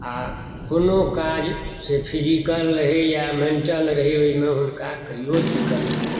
आ कोनो काज से फिजिकल रहय या मेन्टल रहय ओहिमे हुनका कहियो दिक्कत नहि हेतनि